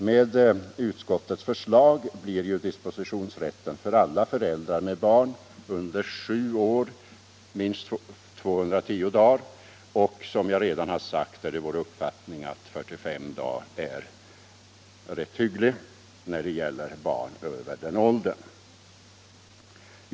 Med utskottets förslag blir ju dispositionsrätten för alla föräldrar med barn under sju år minst 210 dagar, och som jag redan sagt är det vår uppfattning att 75 dagar är rätt hyggligt när det gäller barn över den åldern.